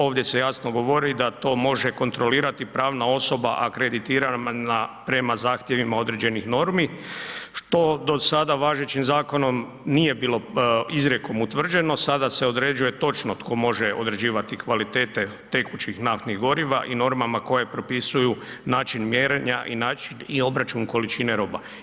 Ovdje se jasno govori da to može kontrolirati pravna osoba akreditirana prema zahtjevima određenih normi što do sada važećim zakonom nije bilo izrijekom utvrđeno sada se određuje točno tko može određivati kvalitete tekućih naftnih goriva i normalno koje propisuju način mjerenja i način, obračun količine roba.